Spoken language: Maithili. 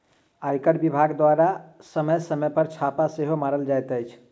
आयकर विभाग द्वारा समय समय पर छापा सेहो मारल जाइत अछि